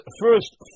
first